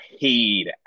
paid